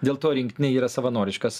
dėl to rinktinė yra savanoriškas